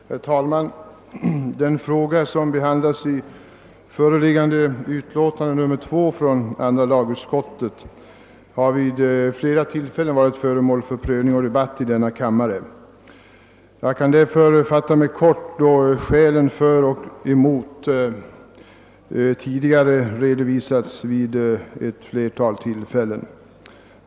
Herr talman! Den fråga som behandlas i föreliggande utlåtande nr 2 från andra lagutskottet har vid flera tillfällen varit föremål för prövning och debatt i denna kammare. Jag kan därför fatta mig kort, då skäl för och emot tidigare redovisats vid ett flertal tillfällen.